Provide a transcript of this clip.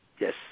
Yes